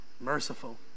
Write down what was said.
merciful